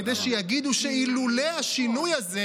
כדי שיגידו שאילולא השינוי הזה,